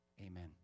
Amen